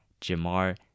Jamar